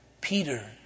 Peter